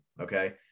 okay